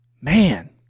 Man